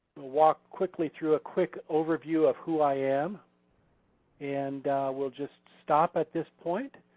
we'll walk quickly through a quick overview of who i am and we'll just stop at this point.